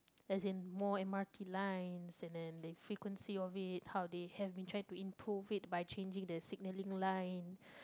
as in more M_R_T lines and then the frequency of it how they have been trying to improve it by changing the signalling line